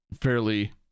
fairly